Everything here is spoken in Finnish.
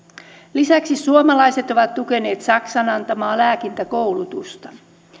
lisäksi suomalaiset ovat tukeneet saksan antamaa lääkintäkoulutusta